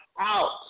out